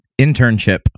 internship